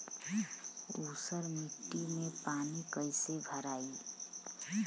ऊसर मिट्टी में पानी कईसे भराई?